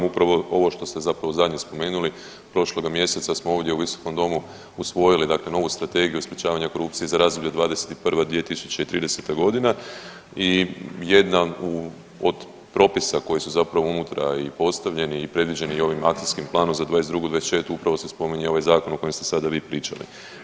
Upravo ovo što ste zapravo zadnje spomenuli, prošloga mjeseca smo ovdje u Visokom domu usvojili, dakle novu Strategiju sprječavanja korupcije za razdoblje 2021.-2030. g. i jedna u, od propisa koji su zapravo unutra i postavljeni i predviđeni ovim akcijskim planom za '22. ... upravo se spominje ovaj zakon o kojem ste sada vi pričali.